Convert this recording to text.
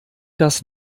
das